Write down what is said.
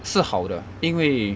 是好的因为